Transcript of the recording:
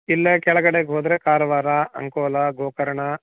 ಇಲ್ಲ ಕೆಳಗಡೆಗೆ ಹೋದರೆ ಕಾರವಾರ ಅಂಕೋಲಾ ಗೋಕರ್ಣ